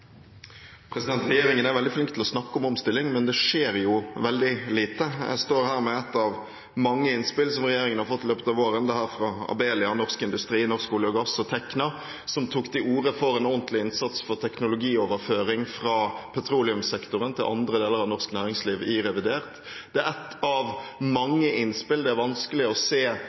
veldig flink til å snakke om omstilling, men det skjer jo veldig lite. Jeg står her med ett av mange innspill som regjeringen har fått i løpet av våren. Dette er fra Abelia, Norsk Industri, Norsk olje og gass og Tekna, som tok til orde for en ordentlig innsats for teknologioverføring fra petroleumssektoren til andre deler av norsk næringsliv i revidert. Det er ett av